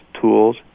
tools